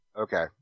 Okay